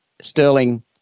Sterling